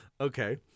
Okay